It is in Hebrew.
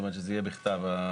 שזה יהיה בכתב.